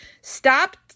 Stop